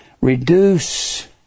reduce